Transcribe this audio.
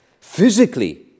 physically